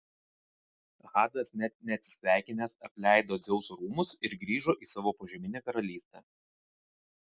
hadas net neatsisveikinęs apleido dzeuso rūmus ir grįžo į savo požeminę karalystę